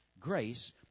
Grace